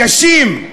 קשים,